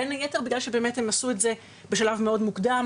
בין היתר בגלל שבאמת הם עשו את זה בשלב מאוד מוקדם,